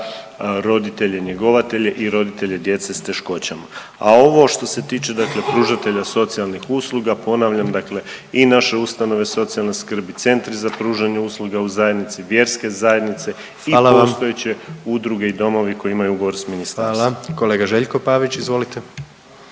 roditelje njegovatelje i roditelje djece s teškoćama. A ovo što se tiče, dakle pružatelja socijalnih usluga ponavljam dakle i naše ustanove socijalne skrbi, centri za pružanje usluga u zajednici, vjerske zajednice i postojeće … …/upadica predsjednik: Hvala vam./… … udruge i domovi koji imaju ugovor sa ministarstvom. **Jandroković, Gordan